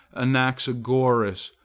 anaxagoras,